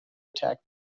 attack